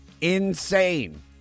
insane